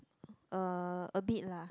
uh abit lah